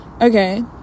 Okay